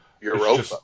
Europa